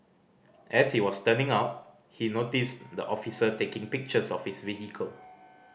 as he was turning out he noticed the officer taking pictures of his vehicle